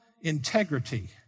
integrity